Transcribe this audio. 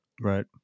right